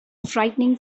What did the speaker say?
frightening